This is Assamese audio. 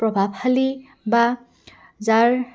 প্ৰভাৱশালী বা যাৰ